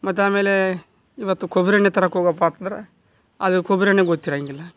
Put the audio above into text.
ಮತ್ತು ಆಮೇಲೆ ಇವತ್ತು ಕೊಬ್ಬರಿ ಎಣ್ಣೆ ತರಕ್ಕೆ ಹೋಬಕ್ ಆತು ಅಂದ್ರೆ ಅವ್ರಿಗೆ ಕೊಬ್ಬರಿ ಎಣ್ಣೆ ಗೊತ್ತಿರೋಂಗಿಲ್ಲ